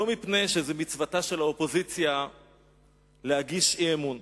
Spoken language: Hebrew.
לא מפני שזו מצוותה של האופוזיציה להגיש אי-אמון,